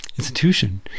institution